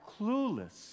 clueless